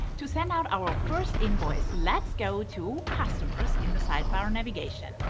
to send out our first invoice, let's go to customers in the sidebar navigation.